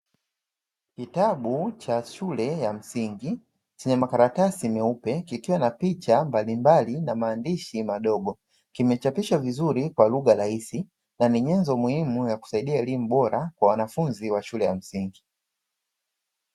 Kitabu cha shule ya msingi chenye makaratasi nyeupe, kikiwa na picha mbalimbali na maandishi madogo. Kimechapishwa vizuri kwa lugha rahisi na ni nyenzo muhimu ya kusaidia elimu bora kwa wanafunzi wa shule ya msingi.